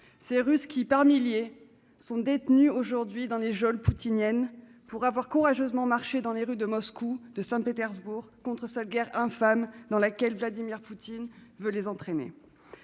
Ces Russes qui, par milliers, sont aujourd'hui détenus dans les geôles poutiniennes pour avoir courageusement marché dans les rues de Moscou et de Saint-Pétersbourg contre cette guerre infâme dans laquelle Vladimir Poutine les a entraînés.